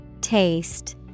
Taste